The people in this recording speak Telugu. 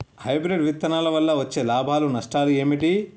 హైబ్రిడ్ విత్తనాల వల్ల వచ్చే లాభాలు నష్టాలు ఏమిటి?